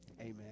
Amen